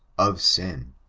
of sin.